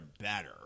better